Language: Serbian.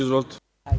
Izvolite.